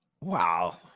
Wow